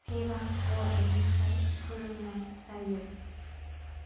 सेबा बर्दनिफ्राय फोरोंनाय जायो